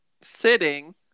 sitting